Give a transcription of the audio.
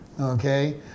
Okay